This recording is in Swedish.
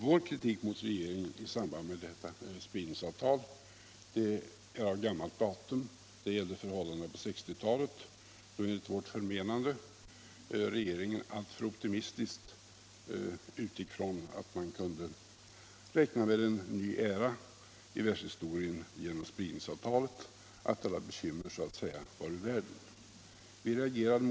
Vår kritik mot regeringen i samband med detta icke-spridningsavtal är en annan och av gammalt datum. Den gällde förhållandena på 1960 talets slut, då regeringen enligt vårt förmenande alltför optimistiskt utgick från att man kunde räkna med en ny era i världshistorien genom ickespridningsavtalet och att alla bekymmer därmed skulle vara ur världen.